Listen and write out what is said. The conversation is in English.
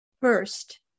First